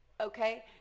Okay